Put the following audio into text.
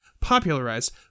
popularized